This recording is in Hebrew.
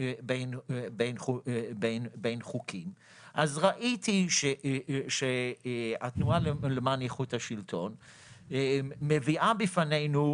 בין חוקים אז ראיתי שהתנועה למען איכות השלטון מביאה בפנינו,